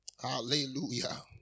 Hallelujah